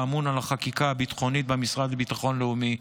האמון על החקיקה הביטחונית במשרד לביטחון לאומי,